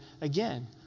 again